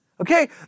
Okay